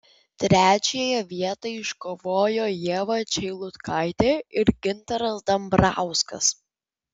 trečiąją vietą iškovojo ieva čeilutkaitė ir gintaras dambrauskas